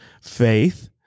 faith